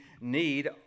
need